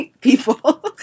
people